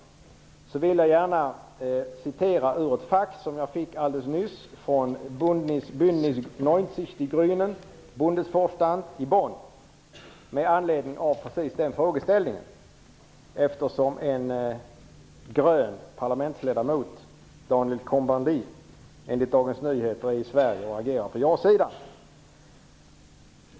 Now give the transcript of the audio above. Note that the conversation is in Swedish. Jag vill med anledning av denna frågeställning gärna citera från ett fax från Bündnis Bendit, i Sverige och agerar på ja-sidan.